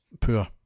poor